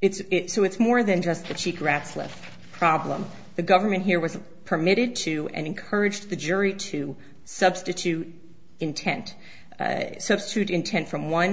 it's so it's more than just a cheek wrasslin problem the government here was permitted to encourage the jury to substitute intent a substitute intent from one